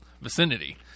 vicinity